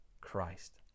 Christ